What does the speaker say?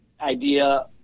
idea